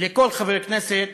לכל חבר כנסת,